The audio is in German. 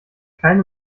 keine